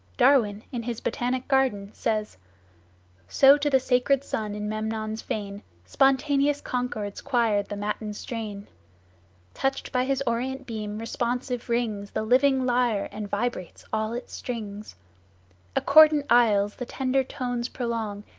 darwin, in his botanic garden, says so to the sacred sun in memnon's fane spontaneous concords choired the matin strain touched by his orient beam responsive rings the living lyre and vibrates all its strings accordant aisles the tender tones prolong,